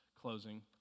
closing